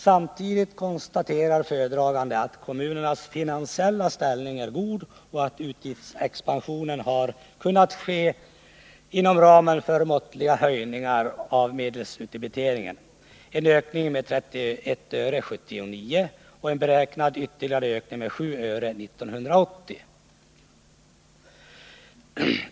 Samtidigt konstaterar föredraganden att kommunernas finansiella ställning är god och att utgiftsexpansionen har kunnat ske inom ramen för måttliga höjningar av medelsutdebiteringen, en ökning med 31 öre 1979 och en beräknad ytterligare ökning med 7 öre 1980.